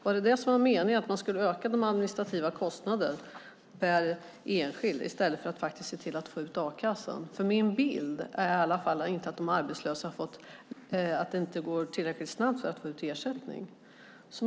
Var det detta som var meningen, att man skulle öka de administrativa kostnaderna per enskild i stället för att faktiskt se till att få ut a-kassan? Min bild är i alla fall att det inte går tillräckligt snabbt att få ut ersättningen.